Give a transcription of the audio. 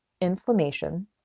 inflammation